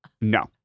No